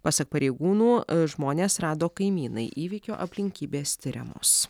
pasak pareigūnų žmones rado kaimynai įvykio aplinkybės tiriamos